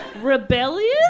Rebellion